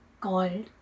called